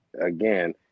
again